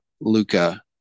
Luca